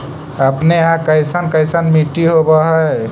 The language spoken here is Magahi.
अपने यहाँ कैसन कैसन मिट्टी होब है?